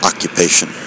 Occupation